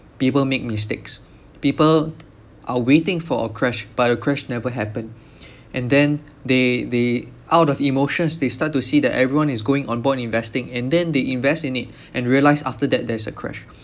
people make mistakes people are waiting for a crash but a crash never happen and then they they out of emotions they start to see that everyone is going onboard investing and then they invest in it and realised after that there is a crash